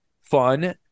fun